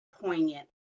poignant